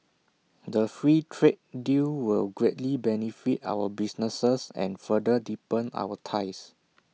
the free trade deal will greatly benefit our businesses and further deepen our ties